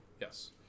Yes